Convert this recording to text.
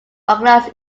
organised